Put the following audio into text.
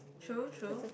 true true